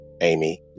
Amy